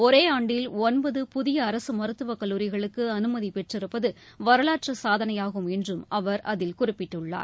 ஒரே ஆண்டில் ஒன்பது புதிய அரசு மருத்துவக்கல்லூரிகளுக்கு அனுமதி பெற்றிருப்பது வரலாற்று சாதனையாகும் என்றும் அவர் அதில் குறிப்பிட்டுள்ளார்